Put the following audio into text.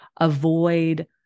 avoid